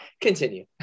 Continue